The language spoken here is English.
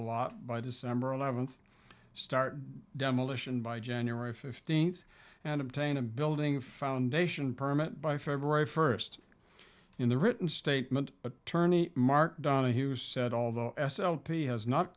law by december eleventh start demolition by january fifteenth and obtain a building foundation permit by february first in the written statement attorney mark donahue's said although s l p has not